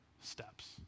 steps